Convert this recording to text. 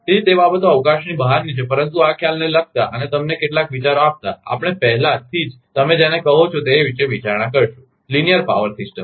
તેથી તે બાબતો અવકાશની બહારની છે પરંતુ આ ખ્યાલને લગતા તમને કેટલાક વિચારો આપતા આપણે પહેલેથી જ તમે જેને કહો છો તે વિશે વિચારણા કરીશું રેખીય પાવર સિસ્ટમ